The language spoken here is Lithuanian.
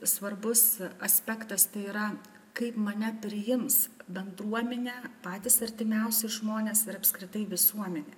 svarbus aspektas tai yra kaip mane priims bendruomenė patys artimiausi žmonės ir apskritai visuomenė